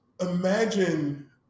imagine